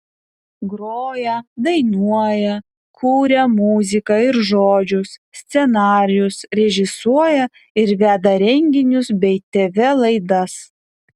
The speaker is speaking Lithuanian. groja dainuoja kuria muziką ir žodžius scenarijus režisuoja ir veda renginius bei tv laidas